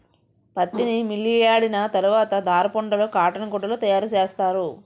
పత్తిని మిల్లియాడిన తరవాత దారపుండలు కాటన్ గుడ్డలు తయారసేస్తారు